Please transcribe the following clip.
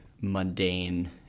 mundane